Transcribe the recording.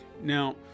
now